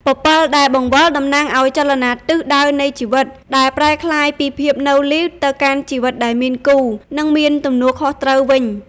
ពពិលដែលបង្វិលតំណាងឱ្យចលនាទិសដៅនៃជីវិត ដែលប្រែក្លាយពីភាពនៅលីវទៅកាន់ជីវិតដែលមានគូ និងមានទំនួលខុសត្រូវវិញ ។